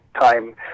time